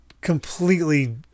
completely